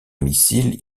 missiles